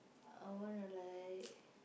I want to like